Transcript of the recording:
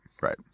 right